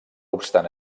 obstant